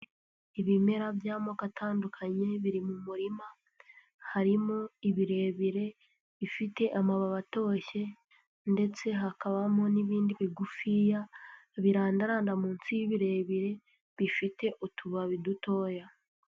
Ibimera by'amoko atandukanye biri mu murima, harimo ibirebire bifite amababi atoshye ndetse hakabamo n'ibindi bigufiya birandaranda munsi y'ibirebire, bifite utubabi dutoya.